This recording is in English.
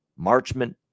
Marchman